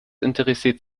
interessiert